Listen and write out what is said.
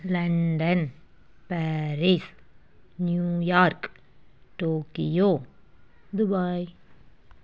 London Paris New York Tokyo Dubai